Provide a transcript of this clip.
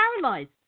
paralyzed